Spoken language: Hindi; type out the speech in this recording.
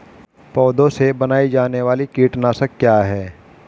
पौधों से बनाई जाने वाली कीटनाशक क्या है?